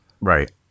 Right